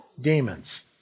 demons